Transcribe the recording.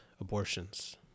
abortions